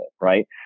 right